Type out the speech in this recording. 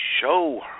show